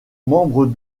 membre